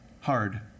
hard